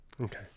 Okay